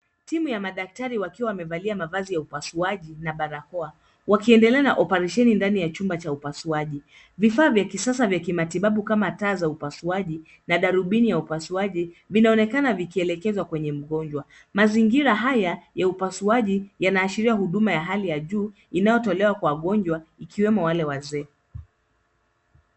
Timu ya madaktari wakiwa wamevalia mavazi ya upasuaji na barakoa wakiendelea na operesheni ndani ya chumba cha upasuaji. Vifaa vya kisasa vya kimatibabu kama taa za upasuaji na darubini ya upasuaji vinaonekana vikielekezwa kwenye mgonjwa. Mazingira haya ya upasuaji yanaashiria huduma ya hali ya juu inayotolewa kwa wagonjwa ikiwemo wale wazee.